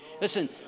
Listen